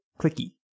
clicky